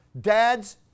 Dads